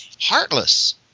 heartless